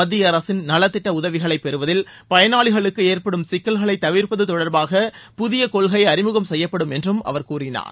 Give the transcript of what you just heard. மத்திய அரசின் நலத்திட்ட உதவிகளை பெறுவதில் பயனாணிகளுக்கு ஏற்படும் சிக்கல்களளை தவிர்ப்பது தொடர்பாக புதிய கொள்கை அறிமுகம் செய்யப்படும் என்று அவர் கூறினார்